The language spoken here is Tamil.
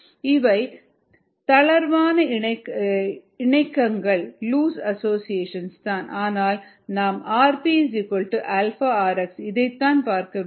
இவை தளர்வான இணக்கங்கள் தான் ஆனால் நாம் rp αrx இதைத்தான் பார்க்க வேண்டும்